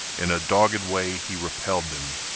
in a dogged way he repelled them,